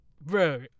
Bro